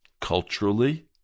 culturally